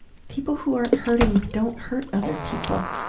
people who aren't hurting, don't hurt other people.